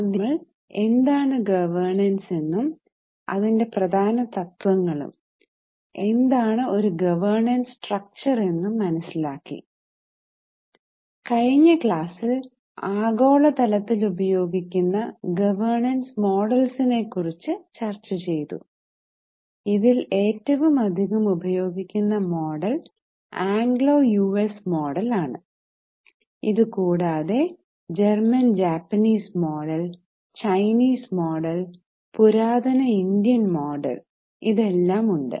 ആദ്യം നമ്മൾ എന്താണ് ഗവേർനെൻസ് ഇതെല്ലം ഉണ്ട്